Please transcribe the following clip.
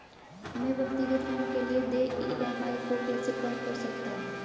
मैं व्यक्तिगत ऋण के लिए देय ई.एम.आई को कैसे कम कर सकता हूँ?